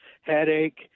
headache